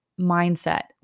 mindset